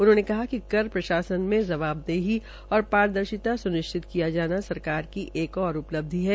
उन्होंने कहा कि प्रशासन में जवाबदेही व पारदर्शिता सुनिश्चित किया जाना सरकार की एक उपलब्धी है